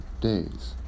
days